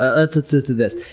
ah let's let's just do this.